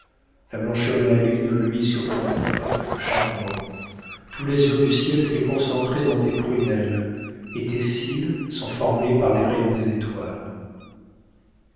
la blancheur de la lune luit sur ton front charmant tout l'azur du ciel s'est concentré dans tes prunelles et tes cils sont formés par les rayons des étoiles